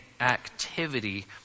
activity